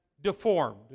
deformed